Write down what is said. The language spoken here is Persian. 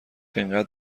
اینقدر